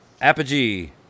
Apogee